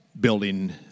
building